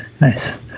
nice